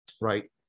right